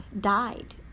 died